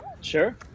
sure